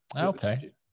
Okay